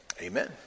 amen